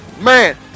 Man